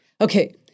Okay